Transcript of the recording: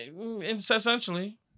Essentially